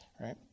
right